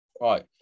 right